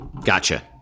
Gotcha